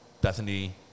Bethany